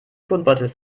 turnbeutel